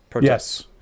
Yes